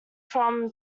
from